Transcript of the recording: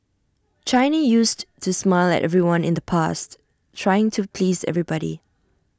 China used to smile at everyone in the past trying to please everybody